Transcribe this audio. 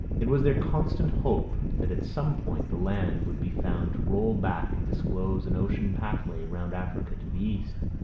it was their constant hope that at some point the land would be found to roll back and disclose an ocean pathway round africa to the east,